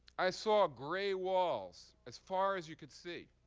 i saw gray walls as far as you could see.